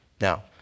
Now